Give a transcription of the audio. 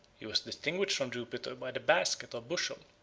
he was distinguished from jupiter by the basket, or bushel,